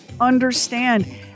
understand